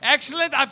Excellent